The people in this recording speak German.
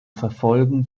verfolgen